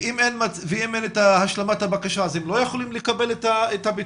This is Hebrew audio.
ואם אין את השלמת הבקשה הם לא יכולים לקבל את הפיצוי.